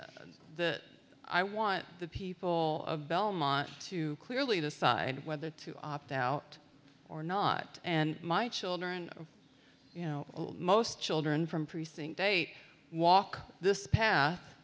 i want the people of belmont to clearly decide whether to opt out or not and my children you know most children from precinct eight walk this path